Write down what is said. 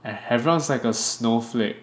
everyone's like a snowflake